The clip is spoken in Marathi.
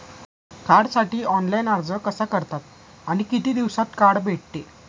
कार्डसाठी ऑनलाइन अर्ज कसा करतात आणि किती दिवसांत कार्ड भेटते?